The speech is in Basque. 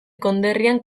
konderrian